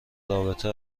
رابطه